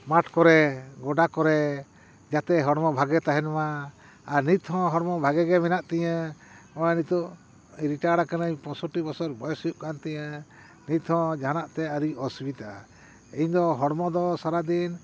ᱢᱟᱴ ᱠᱚᱨᱮ ᱜᱚᱰᱟ ᱠᱚᱨᱮ ᱡᱟᱛᱮ ᱦᱚᱲᱢᱚ ᱵᱷᱟᱜᱮ ᱛᱟᱦᱮᱱ ᱢᱟ ᱟᱨ ᱱᱤᱛ ᱦᱚᱸ ᱦᱚᱲᱢᱚ ᱵᱷᱟᱜᱮᱜᱮ ᱢᱮᱱᱟᱜ ᱛᱤᱧᱟᱹ ᱱᱚᱜ ᱚᱭ ᱱᱤᱛᱳᱜ ᱨᱤᱴᱟᱲ ᱠᱟᱱᱟᱹᱧ ᱯᱚᱸᱥᱚᱴᱴᱤ ᱵᱚᱥᱚᱨ ᱵᱚᱭᱮᱥ ᱦᱩᱭᱩᱜ ᱠᱟᱱ ᱛᱤᱧᱟᱹ ᱱᱤᱛ ᱦᱚᱸ ᱡᱟᱦᱟᱸᱱᱟᱜ ᱛᱮ ᱟᱣᱨᱤᱧ ᱚᱥᱵᱤᱛᱟᱜ ᱼᱟ ᱤᱧ ᱫᱚ ᱦᱚᱲᱢᱚ ᱫᱚ ᱥᱟᱨᱟᱫᱤᱱ